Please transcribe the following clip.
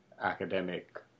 academic